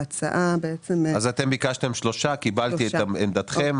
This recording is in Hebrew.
אז אתם ביקשתם שלושה, קיבלתי את עמדתם.